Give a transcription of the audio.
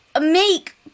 Make